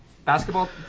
Basketball